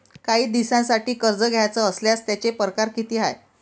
कायी दिसांसाठी कर्ज घ्याचं असल्यास त्यायचे परकार किती हाय?